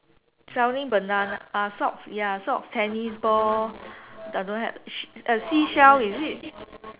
selling banana uh socks ya socks tennis ball uh don't have s~ seashell is it